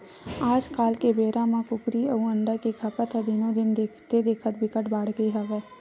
आजकाल के बेरा म कुकरी अउ अंडा के खपत ह दिनो दिन देखथे देखत बिकट बाड़गे हवय